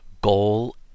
goal